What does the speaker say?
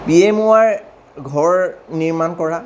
P M ৱাইৰ ঘৰ নিৰ্মাণ কৰা